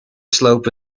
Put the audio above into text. slope